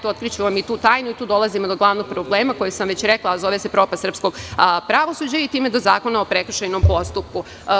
Otkriću vam i tu tajnu, jer tu dolazimo do glavnog problema koji sam vam već rekla, a zove se propast srpskog pravosuđa, i time i do Zakona o prekršajnom postupku.